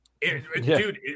Dude